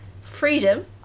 freedom